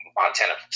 Montana